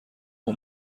اون